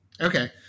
Okay